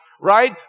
right